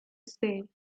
say